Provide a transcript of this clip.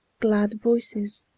glad voices,